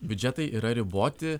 biudžetai yra riboti